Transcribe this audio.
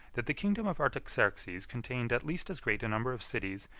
that the kingdom of artaxerxes contained at least as great a number of cities,